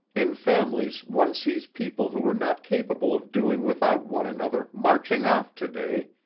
in families one sees people who were not capable of doing without one another marching off today,